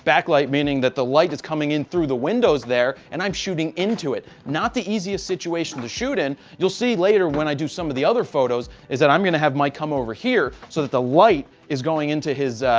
backlight meaning that the light is coming in through the windows there and i'm shooting into it. not the easiest situation to shoot in, you'll see later when i do some of the other photos is that i'm going to have my come over here so that the light is going into his,